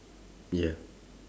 ya